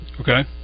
Okay